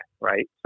right